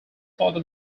photo